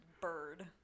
bird